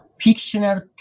fictional